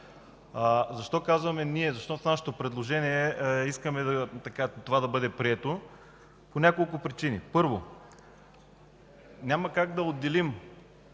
над 1 млн. лв. Защо в нашето предложение искаме това да бъде прието? По няколко причини. Първо, няма как да отделим